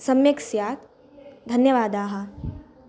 सम्यक् स्यात् धन्यवादाः